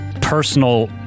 personal